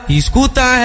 escuta